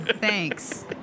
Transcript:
thanks